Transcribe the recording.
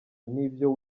n’ibyo